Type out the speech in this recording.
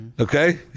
Okay